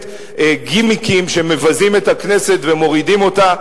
גימיקים שמבזים את הכנסת ומורידים אותה.